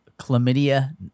chlamydia